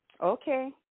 okay